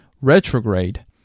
retrograde